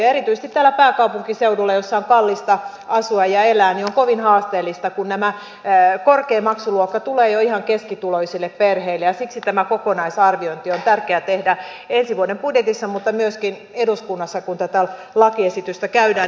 erityisesti täällä pääkaupunkiseudulla missä on kallista asua ja elää on kovin haasteellista kun tämä korkein maksuluokka tulee jo ihan keskituloisille perheille ja siksi tämä kokonaisarviointi on tärkeä tehdä ensi vuoden budjetissa mutta myöskin eduskunnassa kun tätä lakiesitystä käydään läpi